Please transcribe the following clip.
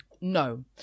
No